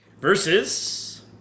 Versus